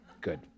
Good